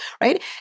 Right